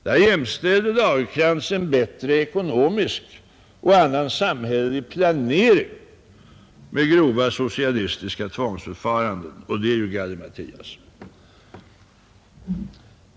Där jämställde Lagercrantz en bättre ekonomisk och annan samhällelig planering med grova socialistiska tvångsförfaranden. Det är ju gallimatias.